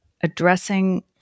addressing